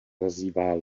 nazývá